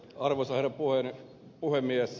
arvoisa herra puhemies